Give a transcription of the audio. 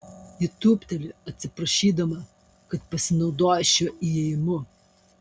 ji tūpteli atsiprašydama kad pasinaudojo šiuo įėjimu